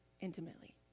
intimately